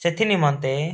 ସେଥିନିମନ୍ତେ